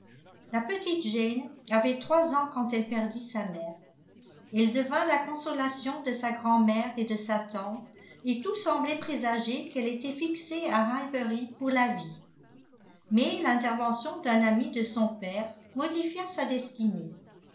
la petite jane avait trois ans quand elle perdit sa mère elle devint la consolation de sa grand'mère et de sa tante et tout semblait présager qu'elle était fixée à highbury pour la vie mais l'intervention d'un ami de son père modifia sa destinée